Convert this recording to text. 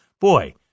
Boy